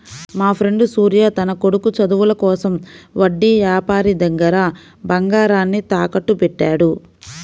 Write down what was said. మాఫ్రెండు సూర్య తన కొడుకు చదువుల కోసం వడ్డీ యాపారి దగ్గర బంగారాన్ని తాకట్టుబెట్టాడు